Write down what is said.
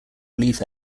relief